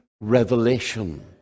revelation